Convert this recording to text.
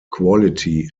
quality